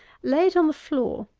lay it on the floor,